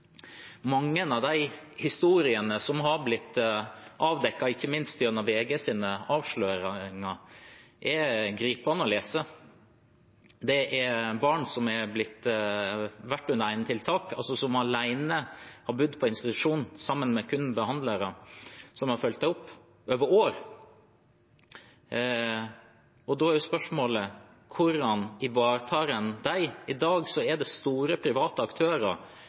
Mange av de historiene som har blitt avdekket, ikke minst gjennom VGs avsløringer, er gripende å lese. Det er barn som har vært under enetiltak, som over år har bodd alene på institusjon sammen med kun behandlere, som har fulgt dem opp. Da er spørsmålet: Hvordan ivaretar en dem? I dag er det store private aktører,